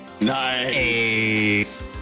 Nice